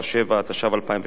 התשע"ב 2012,